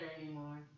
anymore